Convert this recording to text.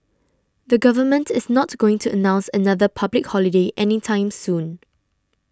the government is not going to announce another public holiday anytime soon